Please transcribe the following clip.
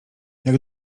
jak